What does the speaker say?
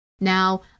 Now